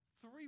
Three